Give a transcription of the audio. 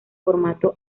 formato